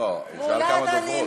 לא, הוא שאל כמה דוברות.